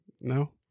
No